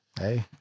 Hey